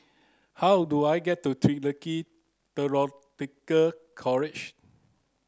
how do I get to College